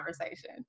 conversation